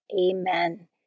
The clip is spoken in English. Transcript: Amen